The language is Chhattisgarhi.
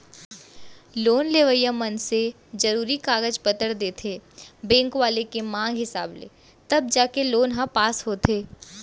लोन लेवइया मनसे जरुरी कागज पतर देथे बेंक वाले के मांग हिसाब ले तब जाके लोन ह पास होथे